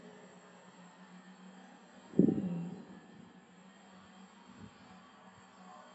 mm